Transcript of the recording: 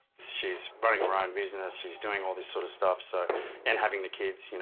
she's running her own business. she's doing all this sort of stuff, so and having the kids.